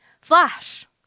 Flash